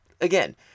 again